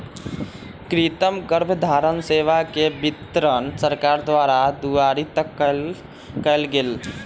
कृतिम गर्भधारण सेवा के वितरण सरकार द्वारा दुआरी तक कएल गेल